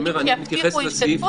כתוב שיבטיחו השתתפות,